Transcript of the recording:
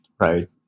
right